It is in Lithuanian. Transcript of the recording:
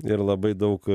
ir labai daug